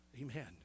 amen